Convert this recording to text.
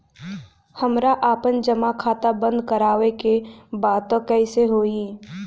हमरा आपन जमा खाता बंद करवावे के बा त कैसे होई?